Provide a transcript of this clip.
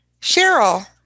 Cheryl